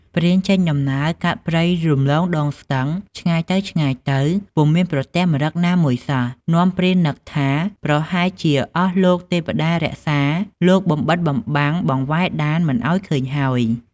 ព្រានចេញដំណើរ កាត់ព្រៃរំលងដងស្ទឹងឆ្ងាយទៅៗពុំមានប្រទះម្រឹគណាមួយសោះនាំព្រាននឹកថាប្រហែលជា អស់លោកទេព្តារក្សា លោកបំបិទបំបាំងបង្វែងដានមិនឱ្យឃើញហើយ។